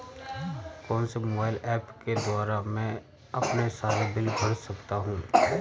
कौनसे mobile apps के द्वारा मैं अपने सारे बिल भर सकता हूं?